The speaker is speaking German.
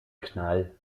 knall